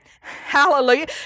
hallelujah